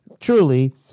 truly